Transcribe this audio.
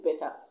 better